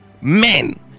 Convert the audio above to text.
men